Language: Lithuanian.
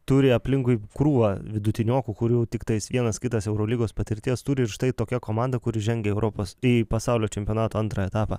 turi aplinkui krūvą vidutiniokų kurių tiktais vienas kitas eurolygos patirties turi ir štai tokia komanda kuri žengia europos į pasaulio čempionato antrą etapą